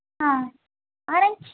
ஆ orange